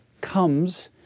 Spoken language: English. comes